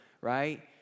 right